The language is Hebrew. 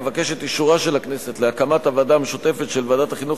אבקש את אישורה של הכנסת להקמת הוועדה המשותפת של ועדת החינוך,